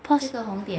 pause 红点